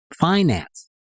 finance